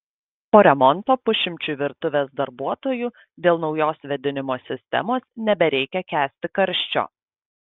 po remonto pusšimčiui virtuvės darbuotojų dėl naujos vėdinimo sistemos nebereikia kęsti karščio